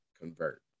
convert